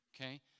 okay